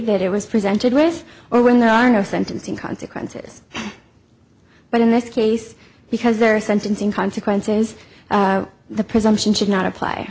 that it was presented with or when there are no sentencing consequences but in this case because there are sentencing consequences the presumption should not apply